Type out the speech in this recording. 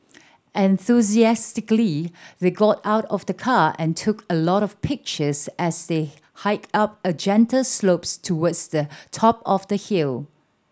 enthusiastically they got out of the car and took a lot of pictures as they hiked up a gentle slopes towards the top of the hill